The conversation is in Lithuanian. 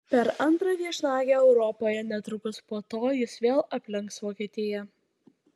per antrą viešnagę europoje netrukus po to jis vėl aplenks vokietiją